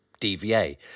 DVA